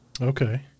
Okay